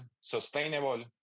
sustainable